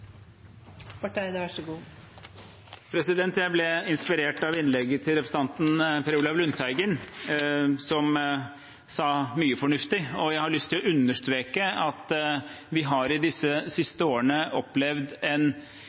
Per Olaf Lundteigen, som sa mye fornuftig. Jeg har lyst til å understreke at vi har i de siste årene opplevd en